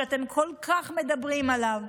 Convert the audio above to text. שאתם כל כך מדברים עליו?